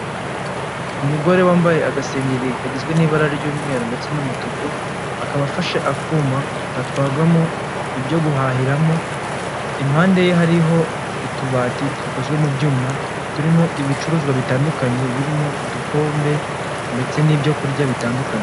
Umugore wambaye agasengengeri kagizwe n'ibara ry'umweru ndetse n'umutuku, akaba afashe akuma katwagwamo ibyo guhahiramo, impande ye hariho utubati dukozwe mu byuma turimo ibicuruzwa bitandukanye birimo udukombe ndetse n'ibyo kurya bitandukanye.